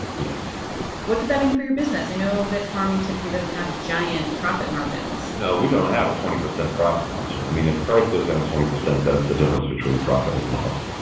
yes what did that mean for your business? i know that farming typically doesn't have giant profit margins no. we don't have a twenty percent profit margin. i mean, if the price goes down twenty percent, that's the difference between profit and loss.